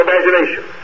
Imagination